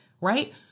right